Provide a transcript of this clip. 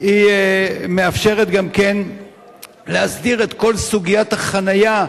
היא מאפשרת גם להסדיר את כל סוגיית החנייה,